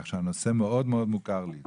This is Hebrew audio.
כך שהנושא מאוד מוכר לי.